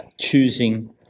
choosing